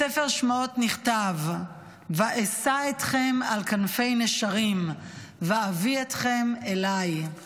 בספר שמות נכתב: " וָאשא אתכם על כנפי נשרים ואבִא אתכם אלי"; אבי,